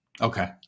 Okay